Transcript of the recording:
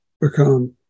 become